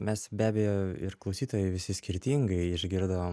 mes be abejo ir klausytojai visi skirtingai išgirdom